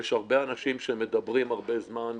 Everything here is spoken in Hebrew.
יש הרבה אנשים שמדברים הרבה זמן.